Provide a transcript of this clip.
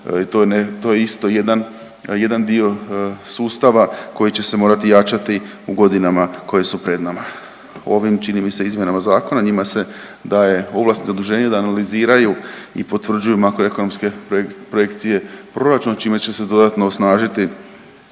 to je isto jedan dio sustav koji će se morati jačati u godinama koje su pred nama. Ovim čini mi se izmjenama zakona njima se daje ovlast i zaduženje da analiziraju i potvrđuju makroekonomske projekcije proračuna čime će se dodatno osnažiti